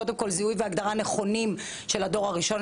קודם כל זיהוי והגדרה נכונים של הדור הראשון,